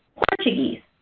portuguese,